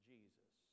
Jesus